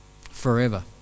forever